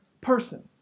person